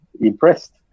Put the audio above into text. impressed